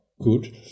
good